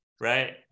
right